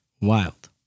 wild